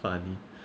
funny